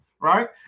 right